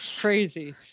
Crazy